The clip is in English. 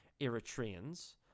Eritreans